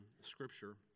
Scripture